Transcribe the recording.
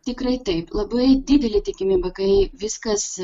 tikrai taip labai didelė tikimybė kai viskas